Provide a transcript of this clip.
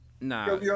Nah